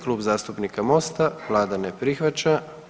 Klub zastupnika Mosta, Vlada ne prihvaća.